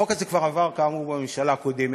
בקיצור, החוק הזה כבר עבר כאמור בממשלה הקודמת,